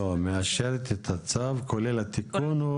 לא, מאשרת את הצו כולל התיקון?